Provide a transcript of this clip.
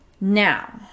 Now